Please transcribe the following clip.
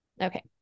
Okay